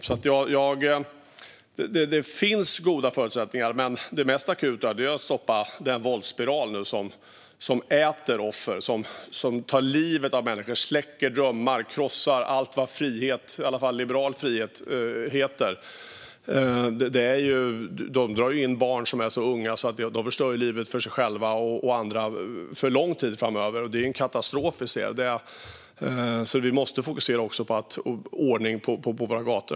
Det finns alltså goda förutsättningar. Men det mest akuta är att stoppa den våldsspiral som nu äter offer, tar livet av människor, släcker drömmar och krossar allt vad frihet heter - i alla fall liberal frihet. Det är personer som drar in väldigt unga barn, och de förstör livet för sig själva och för andra för lång tid framöver. Det är en katastrof vi ser. Vi måste därför också fokusera på att få ordning på våra gator.